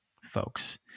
folks